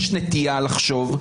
יש נטייה לחשוב,